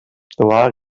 trobava